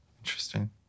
Interesting